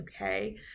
okay